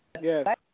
Yes